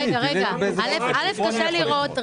א', קשה לראות.